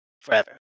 forever